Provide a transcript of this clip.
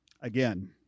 again